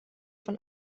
von